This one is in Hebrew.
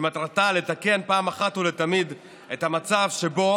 שמטרתה לתקן אחת ולתמיד את המצב שבו